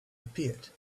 appeared